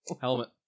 Helmet